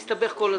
נסתבך כל הזמן,